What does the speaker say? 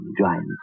giant